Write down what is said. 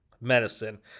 Medicine